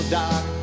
dark